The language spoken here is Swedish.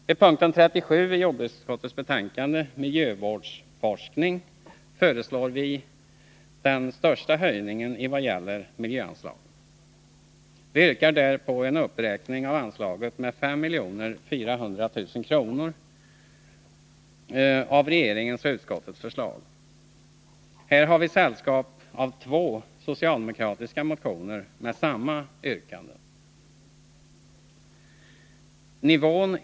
Vid punkt 37 i jordbruksutskottets betänkande, Miljövårdsforskning, föreslår vi den största höjningen i vad gäller miljöanslaget. Här yrkar vi på en höjning av det av regeringen och utskottet föreslagna anslaget med 5 400 000 kr. Under den här punkten har vår motion också fått sällskap av två socialdemokratiska motioner, där det framställs samma yrkande.